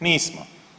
Nismo.